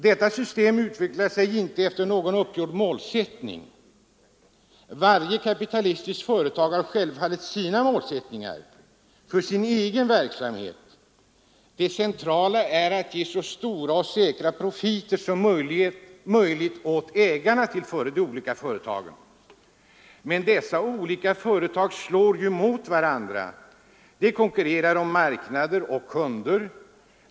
Detta system utvecklar sig inte efter någon uppgjord målsättning. Varje kapitalistiskt företag har självfallet sina målsättningar, för sin egen verksamhet. Det centrala är att ge så stora och så säkra profiter som möjligt åt ägarna till de olika företagen. Men dessa olika företag står ju mot varandra. De konkurrerar om marknader och kunder.